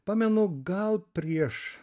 pamenu gal prieš